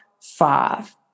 five